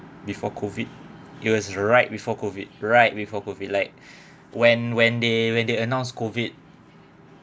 before COVID it was right before COVID right before COVID like when when they when they announced COVID